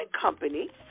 company